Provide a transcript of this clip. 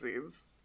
seeds